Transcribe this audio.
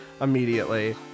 Immediately